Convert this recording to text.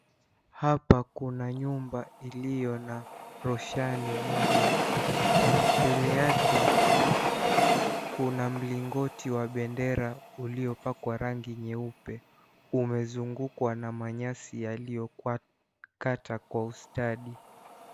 Hapa kuna nyumba iliyo na roshani moja, mbele yake kuna mlingoti wa bendera uliopakwa rangi nyeupe, umezungukwa na manyasi yaliyokatwa kwa ustadi.